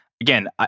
Again